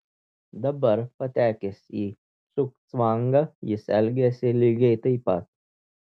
dabar patekęs į cugcvangą jis elgiasi lygiai taip pat